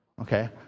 Okay